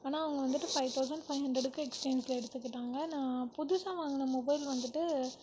ஆனால் அவங்க வந்துட்டு ஃபைவ் தவுசண்ட் ஃபைவ் ஹண்ட்ரடுக்கு எக்ஸ்சேஞ்சில் எடுத்துக்கிட்டாங்க நான் புதுசா வாங்கின மொபைல் வந்துட்டு